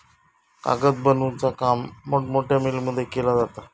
कागद बनवुचा काम मोठमोठ्या मिलमध्ये केला जाता